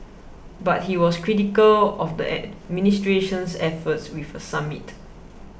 but he was critical of the administration's efforts with a summit